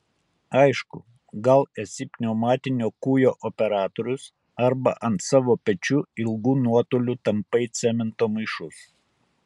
aišku gal esi pneumatinio kūjo operatorius arba ant savo pečių ilgu nuotoliu tampai cemento maišus